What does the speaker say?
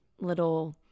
little